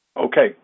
Okay